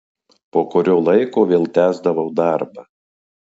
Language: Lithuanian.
po kurio laiko vėl tęsdavau darbą